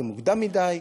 זה מוקדם מדי,